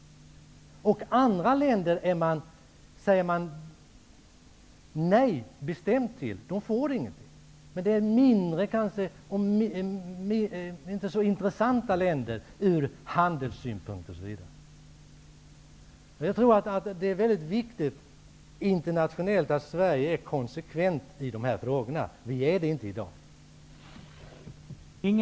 Andra länder säger man bestämt nej till. Men det är kanske mindre och inte så intressanta länder, ur handelssynpunkt osv. Jag tror att det är väldigt viktigt internationellt att Sverige uppträder konsekvent i de här frågorna. Så sker inte i dag.